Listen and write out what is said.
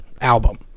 album